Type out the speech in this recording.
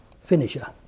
finisher